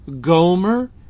Gomer